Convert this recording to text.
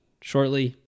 shortly